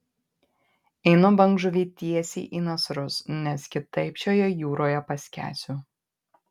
einu bangžuvei tiesiai į nasrus nes kitaip šioje jūroje paskęsiu